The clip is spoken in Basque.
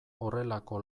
horrelako